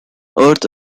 earth